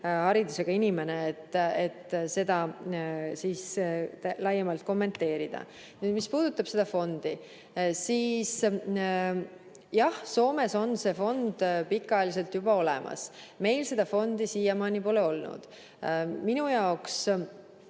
meditsiiniharidusega inimene, et seda laiemalt kommenteerida. Mis puudutab seda fondi, siis jah, Soomes on see fond pikaajaliselt juba olemas. Meil seda fondi siiamaani pole olnud. Minu jaoks